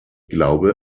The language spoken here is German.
glaube